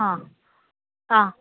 आं आं